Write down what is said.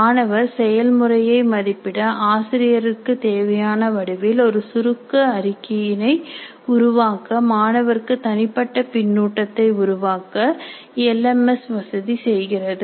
மாணவர் செயல்முறையை மதிப்பிட ஆசிரியருக்கு தேவையான வடிவில் ஒரு சுருக்க அறிக்கையினை உருவாக்க மாணவர்க்கு தனிப்பட்ட பின்னூட்டத்தை உருவாக்க எல் எம் எஸ் வசதி செய்கிறது